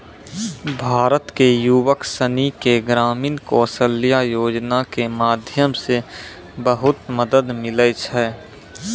भारत के युवक सनी के ग्रामीण कौशल्या योजना के माध्यम से बहुत मदद मिलै छै